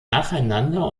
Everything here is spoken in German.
nacheinander